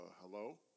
Hello